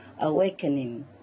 awakening